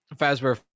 Fazbear